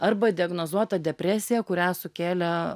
arba diagnozuota depresija kurią sukėlė